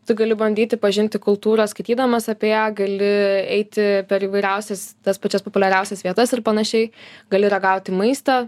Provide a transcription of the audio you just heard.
tu gali bandyti pažinti kultūrą skaitydamas apie ją gali eiti per įvairiausias tas pačias populiariausias vietas ir panašiai gali ragauti maistą